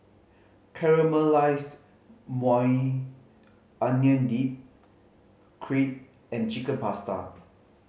Caramelized Maui Onion Dip Crepe and Chicken Pasta